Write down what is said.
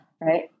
Right